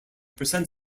percent